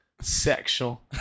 sexual